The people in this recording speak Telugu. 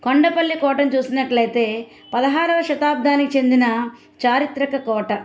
కొండపల్లి కోటను చూసినట్లయితే పదహారవ శతాబ్దానికి చెందిన చారిత్రక కోట